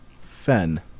Fen